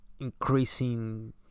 increasing